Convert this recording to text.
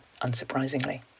unsurprisingly